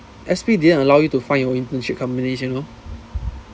S_P didn't allow you to find your own internship companies you know